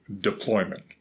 deployment